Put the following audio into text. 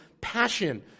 passion